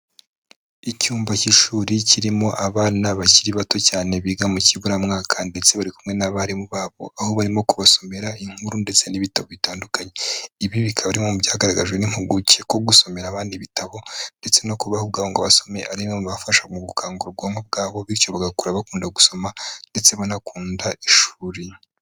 Icyumba cy'ishuri kirimo abana bakiri bato cyane, biga mu kiburamwaka, ndetse bari kumwe n'abarimu babo, aho barimo kubasomera inkuru ndetse n'ibitabo bitandukanye, ibi bikaba ari mu byagaragajwe n'impuguke, ko gusomera abana ibitabo ndetse no kubaha ubwabo ngo basome, ari bimwe mu bibafasha mu gukangura ubwonko bwabo, bityo bagakura bakunda gusoma, ndetse banakunda ishuri.